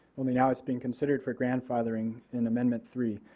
only now it is being considered for grandfathering in amendment three.